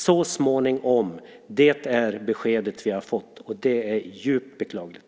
"Så småningom" är det besked vi har fått. Detta är djupt beklagligt.